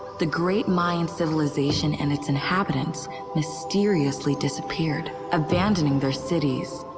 the great mayan civilization and its inhabitants mysteriously disappeared, abandoning their cities,